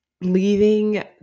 leaving